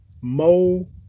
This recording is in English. Mo